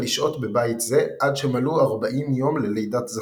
לשהות בבית זה עד שמלאו ארבעים יום ללידת זכר,